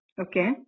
Okay